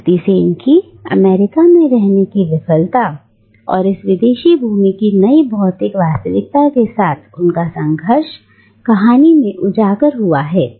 श्रीमती सेन की अमेरिका में रहने की विफलता और इस विदेशी भूमि की नई भौतिक वास्तविकता के साथ उनका संघर्ष कहानी में उजागर हुआ है